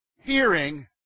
Hearing